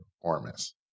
performance